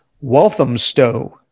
Walthamstow